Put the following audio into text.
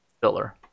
filler